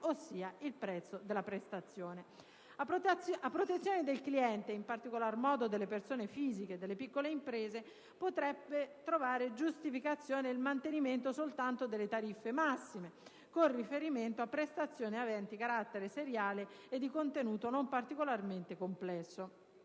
ossia il prezzo della prestazione. A protezione del cliente e, in particolar modo, delle persone fisiche e delle piccole imprese, potrebbe trovare giustificazione il mantenimento soltanto delle tariffe massime, con riferimento a prestazioni aventi carattere seriale e di contenuto non particolarmente complesso.